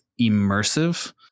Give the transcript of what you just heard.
immersive